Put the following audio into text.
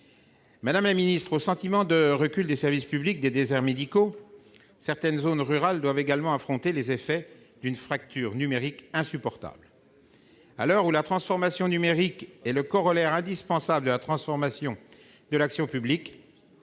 à 69 %. En plus du sentiment de recul des services publics et de l'aggravation des déserts médicaux, certaines zones rurales doivent également affronter les effets d'une fracture numérique insupportable. À l'heure où la transformation numérique est le corollaire indispensable de la transformation de l'action publique,